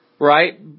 right